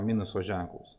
minuso ženklus